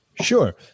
Sure